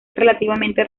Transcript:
relativamente